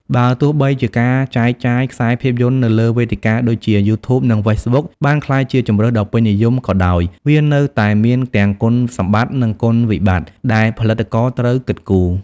បើទោះបីជាការចែកចាយខ្សែភាពយន្តនៅលើវេទិកាដូចជា យូធូប និង ហ្វេសប៊ុកបានក្លាយជាជម្រើសដ៏ពេញនិយមក៏ដោយ វានៅតែមានទាំងគុណសម្បត្តិនិងគុណវិបត្តិដែលផលិតករត្រូវគិតគូរ។